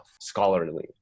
scholarly